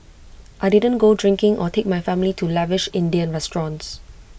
I didn't go drinking or take my family to lavish Indian restaurants